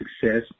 success